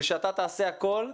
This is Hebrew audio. ושאתה תעשה הכול,